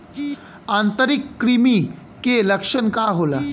आंतरिक कृमि के लक्षण का होला?